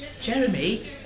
Jeremy